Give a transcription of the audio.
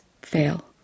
fail